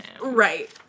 right